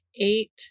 eight